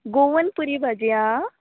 Goan puri bhaji आ